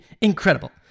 incredible